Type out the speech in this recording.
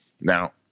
Now